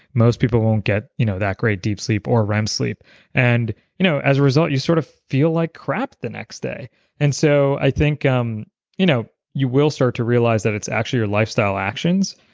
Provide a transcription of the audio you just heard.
most people won't get you know that great of deep sleep or rem sleep and you know as a result, you sort of feel like crap the next day and so i think um you know you will start to realize that it's actually your lifestyle actions,